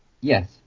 Yes